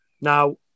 Now